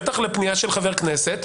בטח לפניית חבר כנסת.